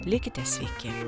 likite sveiki